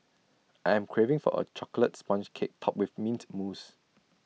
I am craving for A Chocolate Sponge Cake Topped with Mint Mousse